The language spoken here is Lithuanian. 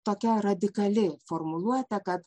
tokia radikali formuluotė kad